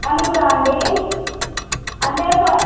నాలుగురా అండి అంటే ప